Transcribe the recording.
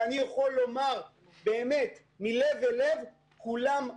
ואני יכול לומר באמת שכולם בעד,